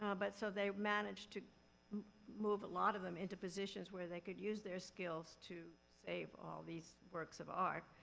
ah but, so they managed to move a lot of them into positions where they could use their skills to save all these works of art.